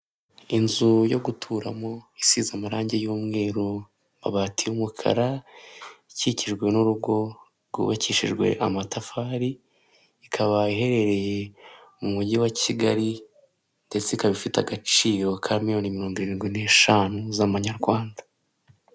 Inzu yo guturamo isize amarangi y'umweru amabati y'umukara ikikijwe n'urugo rwubakishijwe amatafari, ikaba iherereye mu mujyi wa kigali ndetse ikaba ifite agaciro ka miyoni mirongo irindwi n'eshanu z'amanyarwanda.